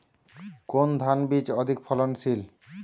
কোন ধান বীজ অধিক ফলনশীল?